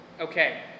okay